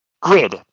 Grid